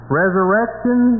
resurrection